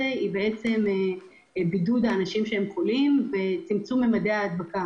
היא בעצם בידוד האנשים החולים וצמצום ממדי ההדבקה.